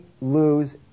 lose